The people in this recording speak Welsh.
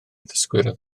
ddysgwyr